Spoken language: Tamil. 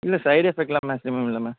இல்லை சைட் எஃபெக்ட்டுலாம் மேக்சிமம் இல்லை மேம்